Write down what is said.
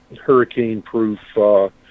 hurricane-proof